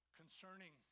concerning